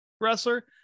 wrestler